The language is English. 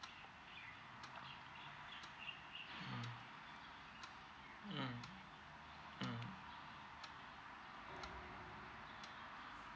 mm mm mm